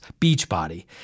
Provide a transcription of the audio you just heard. Beachbody